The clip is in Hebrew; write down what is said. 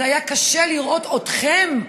זה היה קשה לראות אתכם,